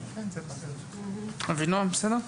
אבינועם, בסדר?